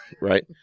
Right